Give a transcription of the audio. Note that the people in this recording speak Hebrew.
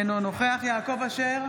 אינו נוכח יעקב אשר,